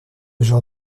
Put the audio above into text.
genre